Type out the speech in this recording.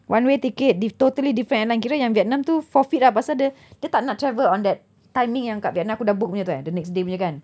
one way ticket dif~ totally different airline kiranya vietnam tu forfeit ah pasal dia tak nak travel on that timing yang kat vietnam yang aku dah book tu the next day punya kan